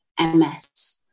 MS